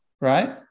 right